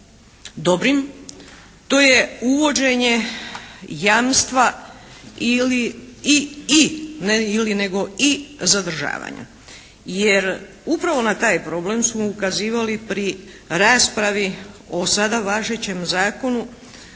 dobrim to je uvođenje jamstva ili, i, i, ne ili nego i zadržavanja. Jer upravo na taj problem smo ukazivali pri raspravi o sada važećem zakonu